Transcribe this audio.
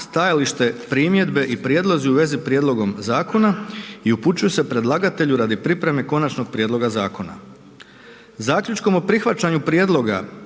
stajalište, primjedbe i prijedlozi u svezi prijedlogom zakona i upućuju se predlagatelju radi pripreme konačnog prijedloga zakona. Zaključkom o prihvaćanju prijedloga